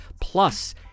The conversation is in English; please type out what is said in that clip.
plus